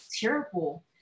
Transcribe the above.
terrible